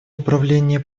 управление